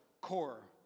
core